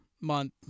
month